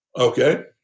Okay